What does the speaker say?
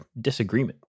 disagreement